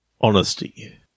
Honesty